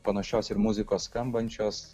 panašios ir muzikos skambančios